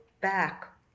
back